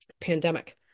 pandemic